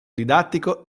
didattico